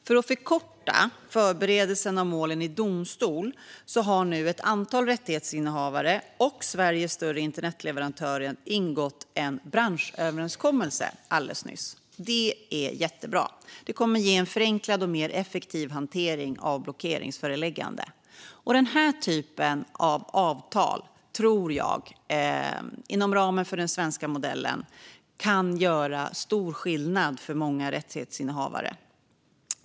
För att förkorta förberedelsen av målen i domstolen har ett antal rättighetsinnehavare och Sveriges större internetleverantörer alldeles nyss ingått en branschöverenskommelse. Det är jättebra. Det kommer att ge en förenklad och mer effektiv hantering av blockeringsföreläggande. Denna typ av avtal kan, tror jag, inom ramen för den svenska modellen göra stor skillnad för många rättighetsinnehavare.